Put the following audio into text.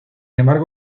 embargo